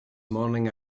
morning